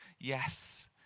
yes